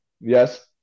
yes